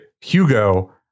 Hugo